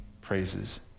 praises